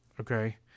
Okay